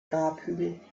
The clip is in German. grabhügel